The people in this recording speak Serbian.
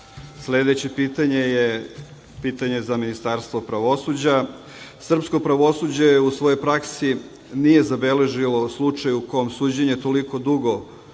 narod? Sledeće pitanje je pitanje za Ministarstvo pravosuđa. Srpsko pravosuđe u svojoj praksi nije zabeležilo slučaj u kom suđenje toliko dugo ne